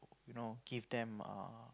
you know give them err